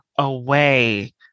away